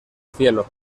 cielo